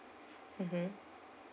mmhmm